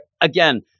again